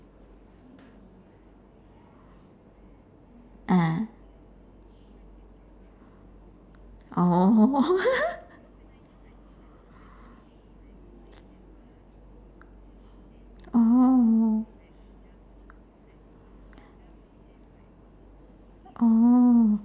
ah oh oh oh